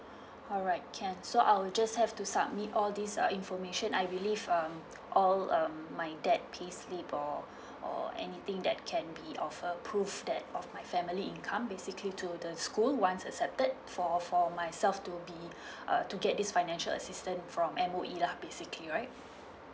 alright can so I'll just have to submit all these uh information I believe um all um my dad payslip or or anything that can be of a prove that of my family income basically to the school once accepted for for myself to be uh to get this financial assistance from M_O_E lah basically right